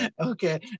okay